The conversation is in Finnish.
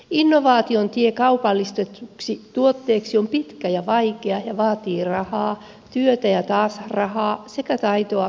innovaation tie kaupallistetuksi tuotteeksi on pitkä ja vaikea ja vaatii rahaa työtä ja taas rahaa sekä taitoa kaupallistaa